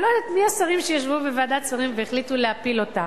אני לא יודעת מי השרים שישבו בוועדת שרים והחליטו להפיל אותה,